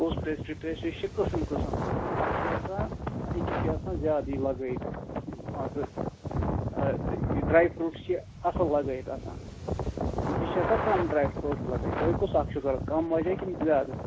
کُس pastry pastry چھِ قٕسٕم قٕسٕم اَکھ چھِ آسان أکِس چھُ آسان زیادٕ یہِ لگٲوِتھ مان ژٕ یہِ ڈرٛے فروٗٹٕس چھِ اَصٕل لگٲوِتھ آسان أکِس چھِ آسان کَم ڈرٛے فروٗٹٕس لگٲوِتھ تۅہہِ کُس اَکھ چھُو ضروٗرت کَم وٲج کِنہٕ زیادٕ